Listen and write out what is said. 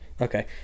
Okay